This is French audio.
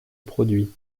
produit